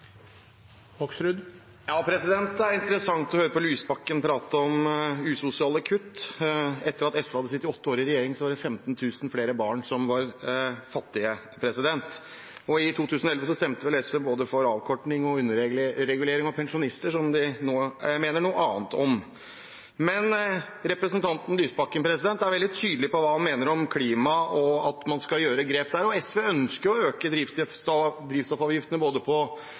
Det er interessant å høre Lysbakken prate om usosiale kutt. Etter at SV hadde sittet åtte år i regjering, var det 15 000 flere barn som var fattige. I 2011 stemte vel SV for både avkorting og underregulering av pensjon, som de nå mener noe annet om. Men representanten Lysbakken er veldig tydelig på hva han mener om klimaet og at man skal gjøre grep der, og SV ønsker å øke drivstoffavgiftene på både